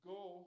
Go